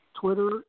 Twitter